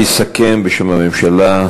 יסכם בשם הממשלה,